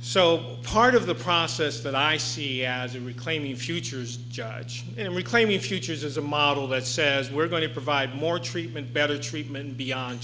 so part of the process that i see as a reclaiming futures judge and reclaiming futures as a model that says we're going to provide more treatment better treatment beyond